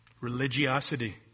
Religiosity